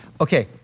Okay